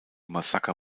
massaker